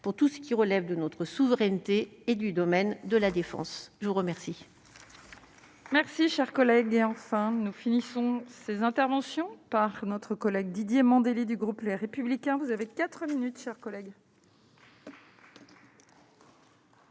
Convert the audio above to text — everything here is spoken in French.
pour tout ce qui relève de notre souveraineté et du domaine de la défense, je vous remercie. Merci, cher collègue et ensemble nous finissons ces interventions par notre collègue Didier Mandelli du groupe Les Républicains, vous avez 4 minutes chers collègues.